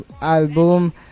album